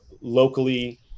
locally